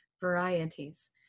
varieties